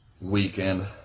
weekend